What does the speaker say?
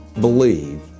believe